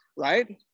right